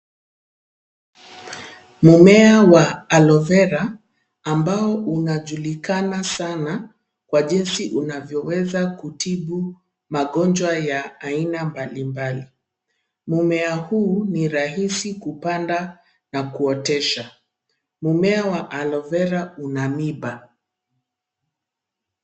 Mmea wa AloeVera ambao unajulikana sana kwa jinsi unavyoweza kutibu magonjwa ya aina mbali mbali. Mmea huu ni rahisi kupanda na kuotesha. Mmea wa AloeVera una miba.